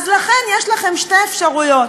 אז לכן יש לכם שתי אפשרויות: